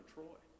Troy